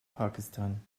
pakistan